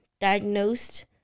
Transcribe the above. diagnosed